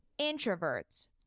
introverts